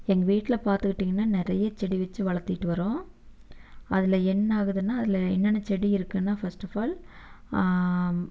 எங்கள் வீட்டில் பார்த்துக்கிட்டீங்கன்னா நிறைய செடி வச்சு வளர்த்திக்கிட்டு வரோம் அதில் என்ன ஆகுதுன்னா அதில் என்னென்ன செடி இருக்குன்னா ஃபர்ஸ்ட் ஆஃப் ஆல்